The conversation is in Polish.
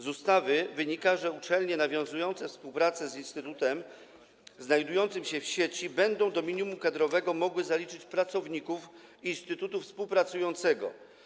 Z ustawy wynika, że uczelnie nawiązujące współpracę z instytutem znajdującym się w sieci będą mogły do minimum kadrowego zaliczyć pracowników instytutu współpracującego.